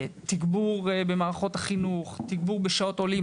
תגבור במערכות החינוך, תגבור בשעות עולים.